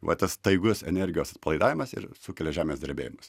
va tas staigus energijos atpalaidavimas ir sukelia žemės drebėjimus